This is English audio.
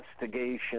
investigation